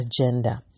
agenda